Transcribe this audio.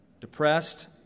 depressed